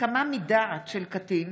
הסכמה מדעת של קטין),